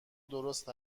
درست